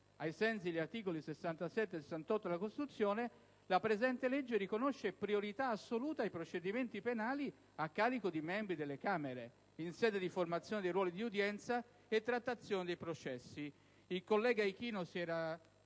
«ai sensi degli articoli 67 e 68 della Costituzione, la presente legge riconosce priorità assoluta ai procedimenti penali a carico di membri delle Camere, in sede di formazione dei ruoli di udienza e trattazione dei processi». Il collega Ichino aveva